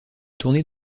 tournées